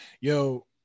Yo